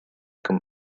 comme